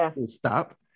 stop